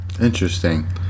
Interesting